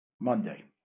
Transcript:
Monday